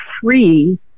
free